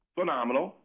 Phenomenal